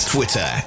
Twitter